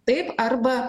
taip arba